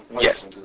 yes